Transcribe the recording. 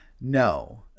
No